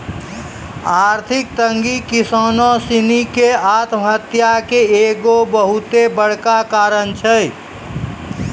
आर्थिक तंगी किसानो सिनी के आत्महत्या के एगो बहुते बड़का कारण छै